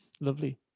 Lovely